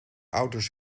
ouders